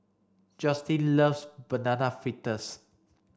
Joycelyn loves banana fritters